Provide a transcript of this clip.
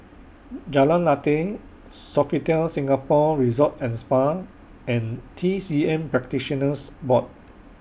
Jalan Lateh Sofitel Singapore Resort and Spa and T C M Practitioners Board